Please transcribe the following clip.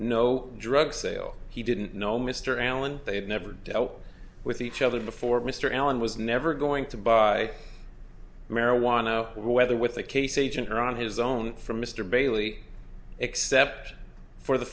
no drug sales he didn't know mr allen they had never dealt with each other before mr allen was never going to buy marijuana whether with a case agent or on his own from mr bailey except for the